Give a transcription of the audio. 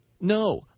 No